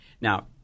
Now